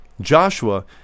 Joshua